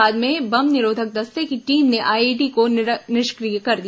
बाद में बम निरोधक दस्ते की टीम ने आईईडी को निष्क्रिय कर दिया